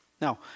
Now